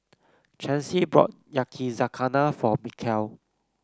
Chancy bought Yakizakana for Mikeal